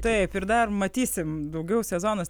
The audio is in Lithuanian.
taip ir dar matysim daugiau sezonas